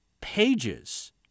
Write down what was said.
pages